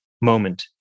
moment